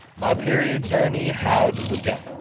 my period journey has begun.